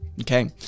Okay